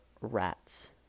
rats